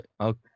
okay